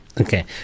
Okay